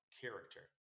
character